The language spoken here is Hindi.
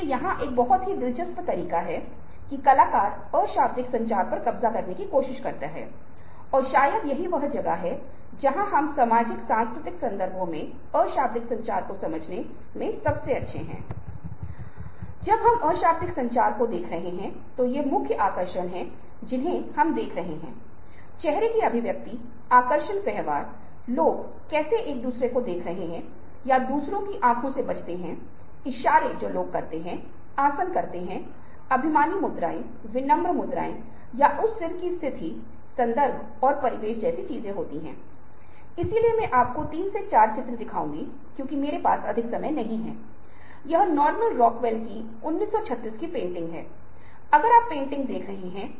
इसलिए यदि आप स्थिति को देखते हैं तो हम पाते हैं कि शायद हम जो कुछ भी देखते हैं और जो कुछ भी आज उपयोग किया जाता है वह अनुनय के लिए विज्ञापन के संदर्भ में है इस विशेष सूत्र में जिसमें हमारे पास विश्वसनीयता का भरोसा है जहां एक व्यक्ति हो सकता है या एक ब्रांड ने निर्माण किया है और आप उस तर्क का उपयोग कर रहे हैं कि यह अच्छा है इसलिए आपको खरीदने के लिए राजी किया जाता है और भावनाएं बहुत विशिष्ट रूप हैं